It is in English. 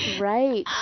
Right